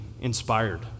inspired